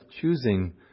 choosing